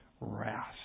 wrath